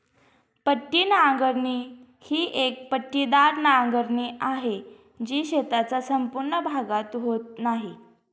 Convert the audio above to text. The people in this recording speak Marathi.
पट्टी नांगरणी ही एक पट्टेदार नांगरणी आहे, जी शेताचा संपूर्ण भागात होत नाही